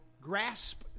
grasp